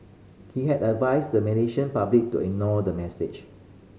he has advised the Malaysian public to ignore the message